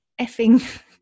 effing